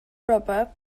proper